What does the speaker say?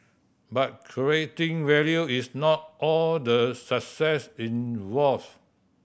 but creating value is not all the success involve